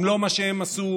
אם לא מה שהם עשו,